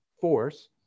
force